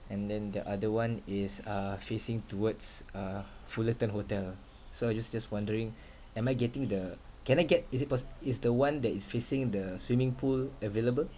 and then the other one is uh facing towards uh fullerton hotel so I just just wondering am I getting the can I get is it poss~ is the one that is facing the swimming pool available